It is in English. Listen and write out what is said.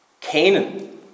Canaan